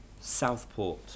Southport